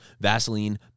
Vaseline